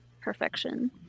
perfection